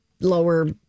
lower